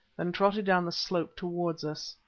then trotted down the slope towards us.